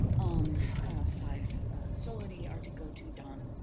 um five solidi are to go to don,